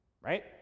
right